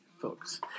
folks